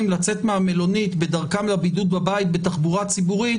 לצאת מהמלונית בדרכם לבידוד בבית בתחבורה ציבורית?